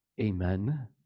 Amen